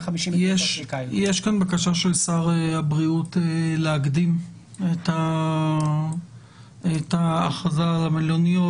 יש כאן בקשה של שר הבריאות להקדים את ההכרזה על מלוניות.